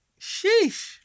sheesh